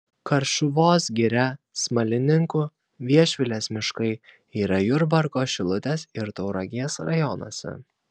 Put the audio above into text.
karšuvos giria smalininkų viešvilės miškai yra jurbarko šilutės ir tauragės rajonuose